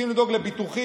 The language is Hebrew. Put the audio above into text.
צריכים לדאוג לביטוחים.